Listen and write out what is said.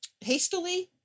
hastily